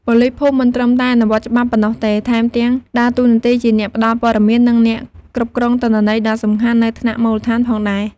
ប៉ូលីសភូមិមិនត្រឹមតែអនុវត្តច្បាប់ប៉ុណ្ណោះទេ ថែមទាំងដើរតួនាទីជាអ្នកផ្តល់ព័ត៌មាន និងអ្នកគ្រប់គ្រងទិន្នន័យដ៏សំខាន់នៅថ្នាក់មូលដ្ឋានផងដែរ។